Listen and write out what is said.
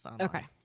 Okay